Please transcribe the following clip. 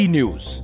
News